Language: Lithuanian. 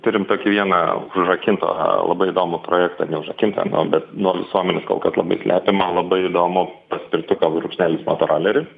turim tokį vieną užrakintą labai įdomų projektą neužrakintą nu bet nuo visuomenės kol kas labai slepiamą labai įdomų paspirtuką brūkšnelis motorolerį